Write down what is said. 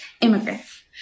immigrants